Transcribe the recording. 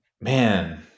man